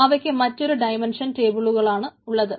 അവക്ക് മറ്റൊരു ഡൈമന്ഷൻ ടേബിളുകളാണ് ഉള്ളത്